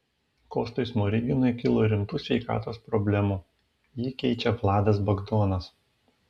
kostui smoriginui kilo rimtų sveikatos problemų jį keičia vladas bagdonas